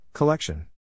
Collection